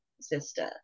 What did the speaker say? sister